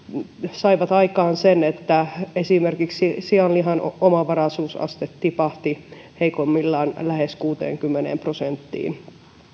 saivat aikaan sen että esimerkiksi sianlihan omavaraisuusaste tipahti heikoimmillaan lähes kuuteenkymmeneen prosenttiin